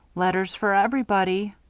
letters for everybody,